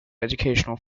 educational